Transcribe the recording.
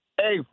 Hey